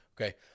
okay